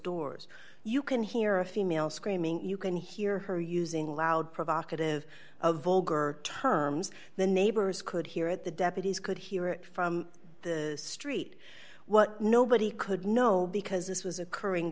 doors you can hear a female screaming you can hear her using loud provocative of vulgar terms the neighbors could hear at the deputies could hear it from the street what nobody could know because this was occurring